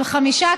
של חמישה,